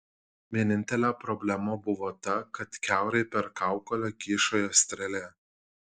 vienintelė problema buvo ta kad kiaurai per kaukolę kyšojo strėlė